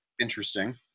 interesting